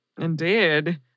Indeed